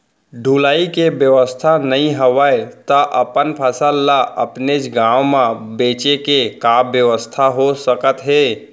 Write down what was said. ढुलाई के बेवस्था नई हवय ता अपन फसल ला अपनेच गांव मा बेचे के का बेवस्था हो सकत हे?